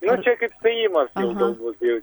nu čia kaip spėjimas jau gal bus jau